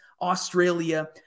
Australia